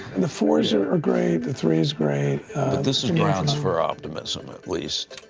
and the fours are are great, the three is great. but this is grounds for optimism, at least.